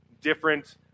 different